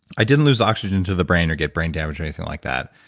i didn't lose oxygen to the brain or get brain damage or anything like that.